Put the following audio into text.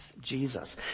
Jesus